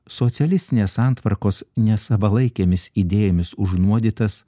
socialistinės santvarkos nesavalaikėmis idėjomis užnuodytas